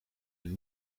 een